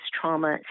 trauma